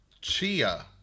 Chia